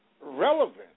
relevant